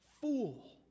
fool